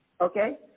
okay